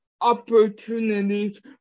opportunities